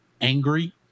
angry